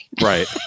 Right